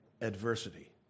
adversity